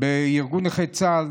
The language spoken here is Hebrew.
בארגון נכי צה"ל.